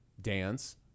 dance